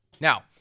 Now